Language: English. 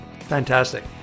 Fantastic